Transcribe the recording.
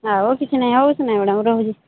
ଆଉ କିଛି ନାଇ ଆଉ କିଛି ନାଇ ମ୍ୟାଡମ୍ ରହୁଛି